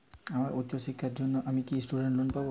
আমার উচ্চ শিক্ষার জন্য আমি কি স্টুডেন্ট লোন পাবো